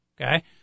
Okay